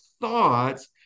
thoughts